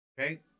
Okay